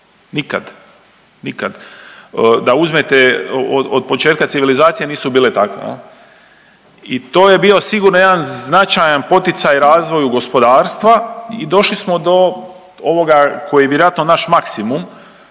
Nikad, nikad. Da uzmete od početka civilizacije nisu bile takve jel. I to je bio sigurno jedan značajan poticaj razvoju gospodarstva i došli smo do ovoga koji je vjerojatno naš maksimum